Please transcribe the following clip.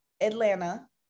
Atlanta